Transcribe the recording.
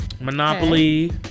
Monopoly